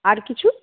আর কিছু